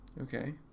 Okay